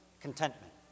contentment